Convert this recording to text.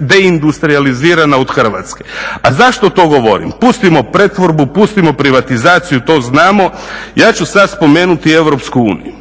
deindustrijalizirana od Hrvatske. A zašto to govorim? Pustimo pretvorbu, pustimo privatizaciju to znamo, ja ću sad spomenuti Europsku uniju.